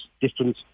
different